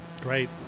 Great